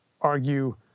argue